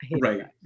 Right